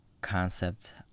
concept